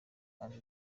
kandi